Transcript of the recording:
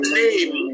name